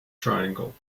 triangle